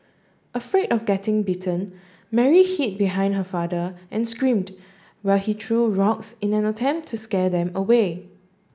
afraid of getting bitten Mary hid behind her father and screamed while he true rocks in an attempt to scare them away